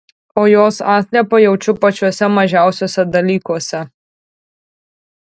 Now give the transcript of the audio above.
o jos atliepą jaučiu pačiuose mažiausiuose dalykuose